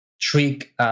trick